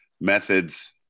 methods